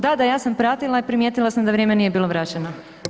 Da, da, ja sam pratila i primijetila sam da vrijeme nije bilo vraćeno.